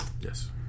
Yes